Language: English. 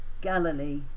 Galilee